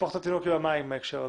לשפוך את התינוק עם המים בהקשר הזה.